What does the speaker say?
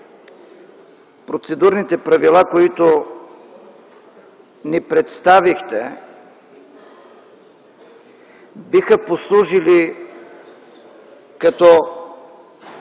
процедурните правила, които ни представихте, биха послужили като